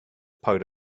part